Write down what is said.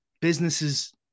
businesses –